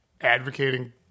advocating